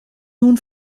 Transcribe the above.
nun